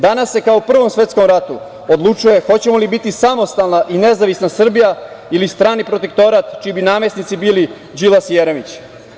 Danas se kao u Prvom svetskom ratu odlučuje hoćemo li biti samostalna i nezavisna Srbija ili strani protektorat čiji bi namesnici bili Đilas i Jeremić.